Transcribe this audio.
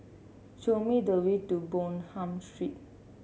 show me the way to Bonham Street